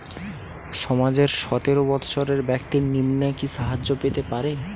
সমাজের সতেরো বৎসরের ব্যাক্তির নিম্নে কি সাহায্য পেতে পারে?